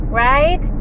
right